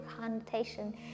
connotation